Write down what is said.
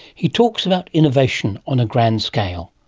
he talks about innovation on a grand scale.